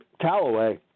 Callaway